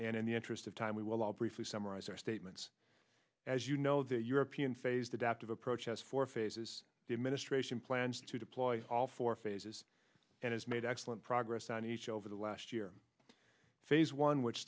and in the interest of time we will briefly summarize our statements as you know the european phased adaptive approach as for faces the administration plans to deploy all four phases and has made excellent progress on each over the last year phase one which